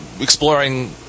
exploring